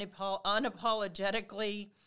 unapologetically